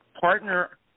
partner